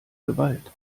gewalt